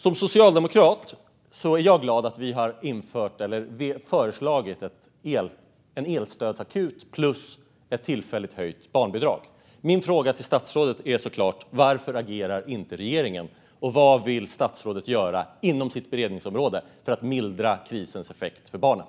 Som socialdemokrat är jag glad att vi har föreslagit en elstödsakut plus ett tillfälligt höjt barnbidrag. Min fråga till statsrådet är såklart: Varför agerar inte regeringen? Och vad vill statsrådet göra inom sitt beredningsområde för att mildra krisens effekt för barnen?